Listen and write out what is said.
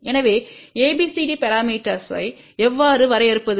எனவே ABCD பரமீட்டர்ஸ்வை எவ்வாறு வரையறுப்பது